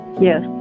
Yes